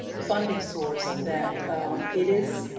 funding source, that it is,